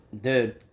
Dude